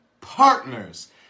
partners